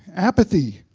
apathy.